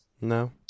no